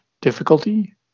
Difficulty